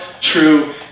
true